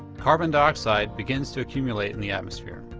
carbon dioxide begins to accumulate in the atmosphere.